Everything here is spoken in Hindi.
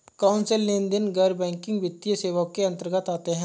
कौनसे लेनदेन गैर बैंकिंग वित्तीय सेवाओं के अंतर्गत आते हैं?